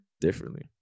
differently